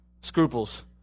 Scruples